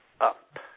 up